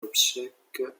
obsèques